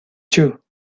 two